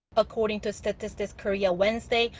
according to statistics korea wednesday,